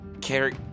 Carrie